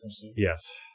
yes